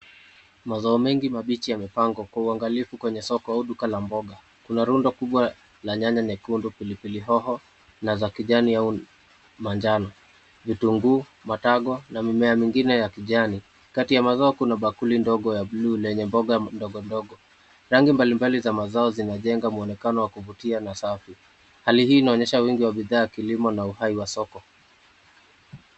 Mazao mengi mabichi yamepangwa kwa uangalifu kwenye soko au duka la mboga. Kuna rundo kubwa la nyanya nyekundu, pilipili hoho na za kijani au manjano. Vitunguu, matagwa na mimea mingine ya kijani. Kati ya mazao kuna bakuli ndogo ya buluu na yenye mboga ndogondogo. Rangi mbalimbali za mazao zinajenga mwonekano wa kuvutia na safi. Hali hii inonyesha wingi wa bidhaa ya kilimo na uhai wa soko.